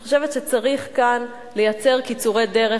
אני חושבת שצריך לייצר כאן קיצורי דרך,